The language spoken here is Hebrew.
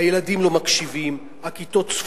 הילדים לא מקשיבים, הכיתות צפופות,